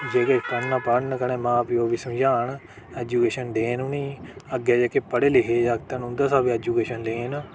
जेह्ड़े पढ़ना पढ़न कन्नै मां प्यो गी समझान एजूकेशन देन उ'नेईं अग्गें जेह्के पढ़े लिखे दे जागत् उं'दा शा बी एजूकेशन लेन